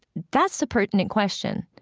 that's the pertinent question,